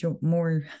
more